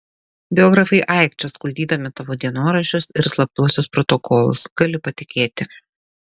biografai aikčios sklaidydami tavo dienoraščius ir slaptuosius protokolus gali patikėti